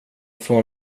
från